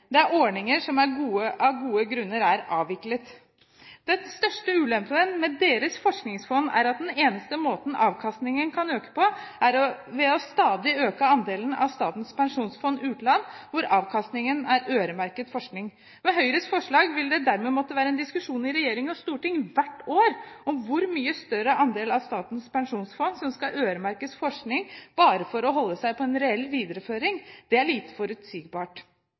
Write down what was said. Det er ordninger som av gode grunner er avviklet. Den største ulempen med deres forskningsfond er at den eneste måten avkastningen kan øke på, er ved at man stadig øker andelen av avkastningen av Statens pensjonsfond utland som er øremerket forskning. Med Høyres forslag vil det dermed måtte være en diskusjon i regjering og storting hvert år om hvor mye større andel av Statens pensjonsfond som skal øremerkes forskning bare for å holde seg på en reell videreføring. Det er lite forutsigbart.